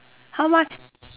how much